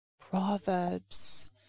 Proverbs